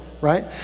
right